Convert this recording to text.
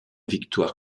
victoire